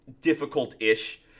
difficult-ish